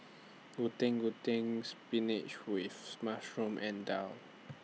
Getuk Getuk Spinach with Mushroom and Daal